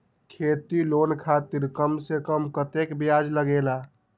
खेती लोन खातीर कम से कम कतेक ब्याज लगेला?